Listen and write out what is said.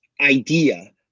idea